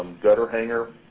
gutter hanger.